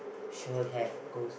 sure have ghost